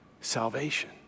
salvation